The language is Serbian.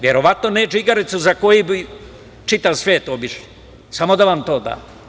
Verovatno ne džigericu za koju bi čitav svet obišli, samo da vam to da.